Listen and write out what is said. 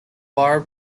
barb